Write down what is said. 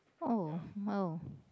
oh !wow!